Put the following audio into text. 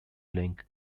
link